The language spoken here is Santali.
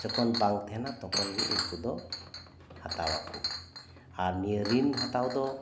ᱡᱚᱠᱷᱚᱱ ᱵᱟᱝ ᱛᱟᱦᱮᱸᱱᱟ ᱛᱚᱠᱷᱚᱱ ᱜᱮ ᱩᱝᱠᱩ ᱫᱚ ᱦᱟᱛᱟᱣᱟ ᱠᱚ ᱟᱨ ᱱᱤᱭᱟᱹ ᱨᱤᱱ ᱦᱟᱛᱟᱣ ᱫᱚ